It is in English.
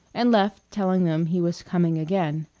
and left telling them he was coming again.